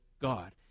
God